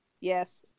Yes